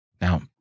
Now